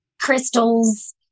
crystals